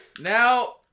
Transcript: Now